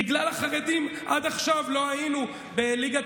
בגלל החרדים עד עכשיו לא היינו בליגת